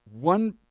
one